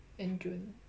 in june